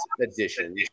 edition